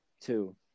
two